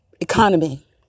economy